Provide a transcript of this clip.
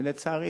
ולצערי,